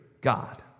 God